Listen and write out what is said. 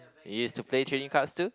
you used to play trading cards too